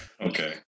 Okay